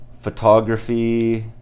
photography